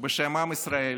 בשם עם ישראל